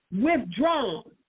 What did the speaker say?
withdrawn